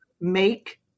make